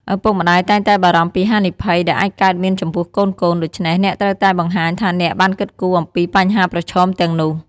ឪពុកម្ដាយតែងតែបារម្ភពីហានិភ័យដែលអាចកើតមានចំពោះកូនៗ ដូច្នេះ អ្នកត្រូវតែបង្ហាញថាអ្នកបានគិតគូរអំពីបញ្ហាប្រឈមទាំងនោះ។